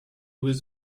was